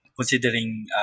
considering